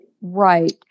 Right